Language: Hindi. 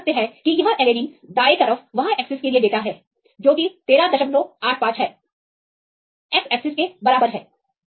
तो हम देख सकते हैं कि यह Alanine दाएँ y अक्ष के लिए डेटा है जो कि 1385 x अक्ष के बराबर है